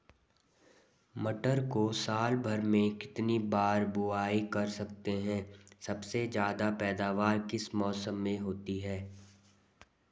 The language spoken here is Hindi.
मटर को साल भर में कितनी बार बुआई कर सकते हैं सबसे ज़्यादा पैदावार किस मौसम में होती है?